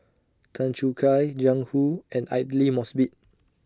Tan Choo Kai Jiang Hu and Aidli Mosbit